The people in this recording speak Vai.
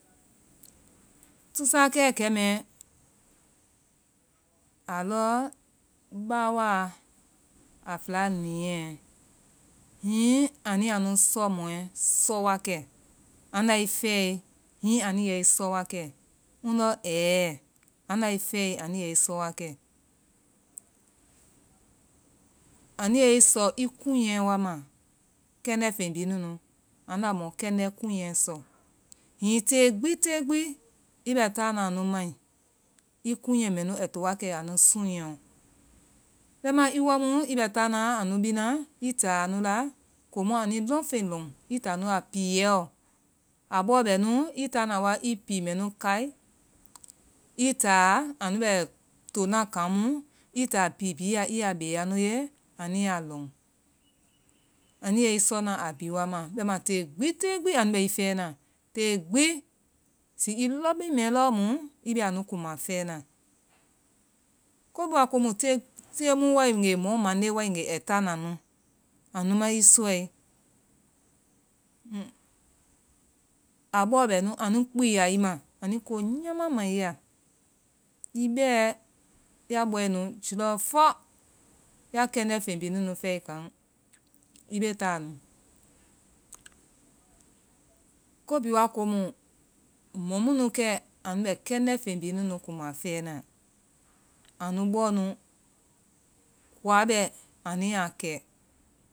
Tusakɛ kɛ mɛɛ, a lɔ baawua a fɛla niiɛ, hihi anuiya nu sɔ mɔɛ sɔ wa kɛ andai fɛɛe hihi anui yɛi sɔ wa kɛ, ŋdɔ ɛɛh. andai fɛɛe anui yɛi sɔ wa kɛ. anui yɛi sɔ i kuunyɛ wa ma. kɛndɛ feŋ bihi nunu, anda mɔ kɛndɛ kuunye sɔ. hihi tee gbi, tee gbi i bɛ taana anu mai, i kuunyɛ mɛnu ai to wa kɛ anu sunŋɛɔ, bɛimaa, i wa mu i bɛ taana anu bina, i taa anu la, komua anui lɔnfey lɔn. i taanua piiyɛɔ, a bɔɔ bɛ nu, i taana wa i pii mɛnu, kai, i taa anu bɛ tonaa kan mu i taa pii bihi la i yaa bee anu ye. anu yaa lɔ. anui yɛi sɔna a bihi wa ma bɛimaa, tec gbi tee gbi anu bɛ i fɛɛna. tee gbi zi i lɔbeŋ mɛɛ lɔɔ mu i bɛ anu kuma fɛɛna. ko bɔa komu tee tee mu wae ngee mɔ mande wae ngee i ka na nu, anu mai sɔe a bɔɔ bɛ nu anu kpiiyai ma. anui ko nyaama ma i ya, i bɛɛ ya bɔe nu julɔ fɔ ya kɛndɛ fen bihi nunu fɛɛe kan, i bee taa nu. ko bihi wa komu mɔ munu kɛ anu bɛ kɛndɛ fen bihi nunu kuma fɛɛna. anu bɔɔnu koa bɛ anu yaa kɛ.